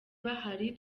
bahari